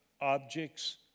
objects